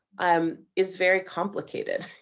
um is very complicated.